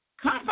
Come